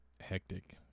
hectic